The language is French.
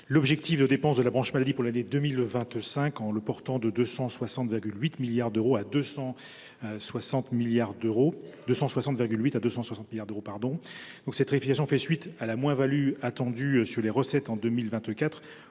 l’objectif de dépenses de la branche maladie pour l’année 2025 en le ramenant de 260,8 milliards d’euros à 260 milliards d’euros. Cette rectification fait suite à la moins value attendue sur les recettes en 2024